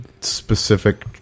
specific